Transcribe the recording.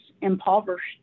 impoverished